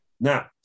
Now